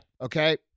Okay